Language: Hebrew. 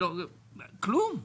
כלום.